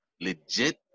legit